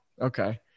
Okay